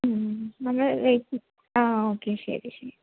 മ്മ് നമ്മള് വെയ്റ്റ് ആ ഓക്കെ ശരി ശരി